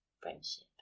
friendship